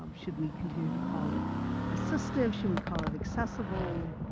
um should we continue to call it assistive, should we call it accessible,